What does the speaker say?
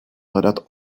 hledat